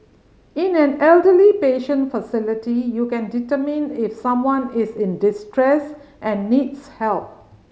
in an elderly patient facility you can determine if someone is in distress and needs help